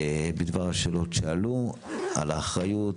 יתייחסו לשאלות שהיו על האחריות,